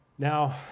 Now